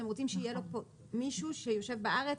אתם רוצים שיהיה לו כאן מישהו שיושב בארץ.